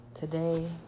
Today